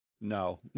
no